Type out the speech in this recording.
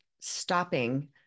stopping